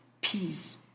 peace